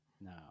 No